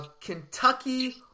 Kentucky